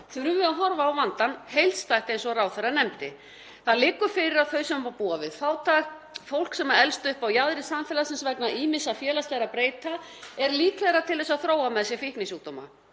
þurfum við að horfa á vandann heildstætt eins og ráðherra nefndi. Það liggur fyrir að þau sem búa við fátækt, fólk sem elst upp á jaðri samfélagsins vegna ýmissa félagslegra breytna er líklegra til að þróa með sér fíknisjúkdóma.